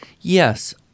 Yes